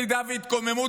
סלידה והתקוממות,